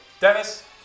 Dennis